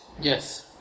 Yes